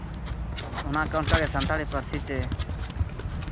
ᱚᱱᱟ ᱠᱚ ᱚᱱᱟᱛᱮ ᱥᱟᱱᱛᱟᱲᱤ ᱯᱟᱹᱨᱥᱤ ᱛᱮ